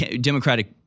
Democratic